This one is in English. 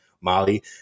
Molly